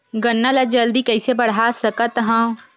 गन्ना ल जल्दी कइसे बढ़ा सकत हव?